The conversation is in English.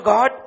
God